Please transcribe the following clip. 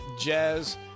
jazz